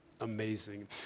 Amazing